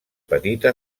petita